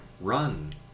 Run